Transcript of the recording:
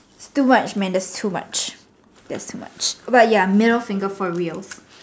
too much man that's too much that's too much but ya middle finger for real